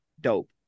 Dope